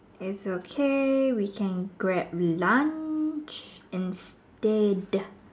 it's okay we can Grab lunch and date